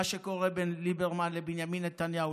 מה שקורה בין ליברמן לבנימין נתניהו,